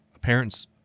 parents